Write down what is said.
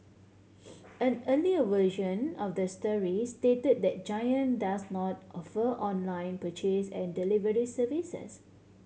an earlier version of the story stated that Giant does not offer online purchase and delivery services